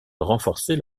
renforcer